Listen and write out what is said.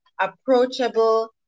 approachable